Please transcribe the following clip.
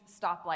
stoplight